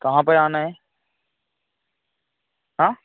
कहाँ पर आना है हाँ